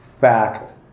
fact